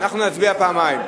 נצביע פעמיים.